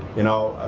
you know,